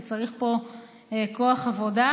כי צריך פה כוח עבודה.